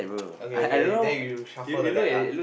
okay okay then you then you shuffle the deck lah